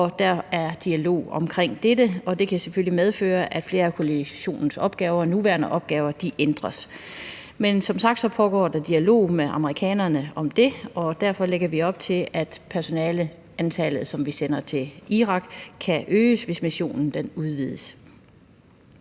der er dialog omkring dette, og det kan selvfølgelig medføre, at flere af koalitionens nuværende opgaver ændres. Men som sagt pågår der dialog med amerikanerne om det, og derfor lægger vi op til, at personaleantallet, som vi sender til Irak, kan øges, hvis missionen udvides.